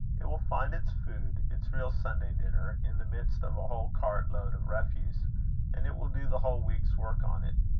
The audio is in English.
it will find its food, its real sunday dinner, in the midst of a whole cartload of refuse and it will do the whole week's work on it.